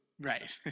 Right